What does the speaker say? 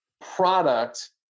product